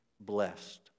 blessed